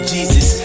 Jesus